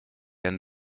end